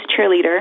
cheerleader